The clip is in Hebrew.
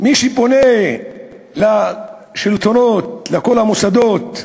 מי שפונה שם לשלטונות, לכל המוסדות,